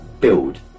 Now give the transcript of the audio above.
build